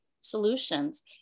solutions